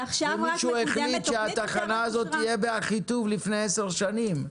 ומישהו החליט שהתחנה הזאת תהיה באחיטוב לפני עשר שנים.